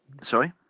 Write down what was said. Sorry